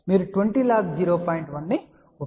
1 ను ఉపయోగించాలి ఇది మైనస్ 20 dB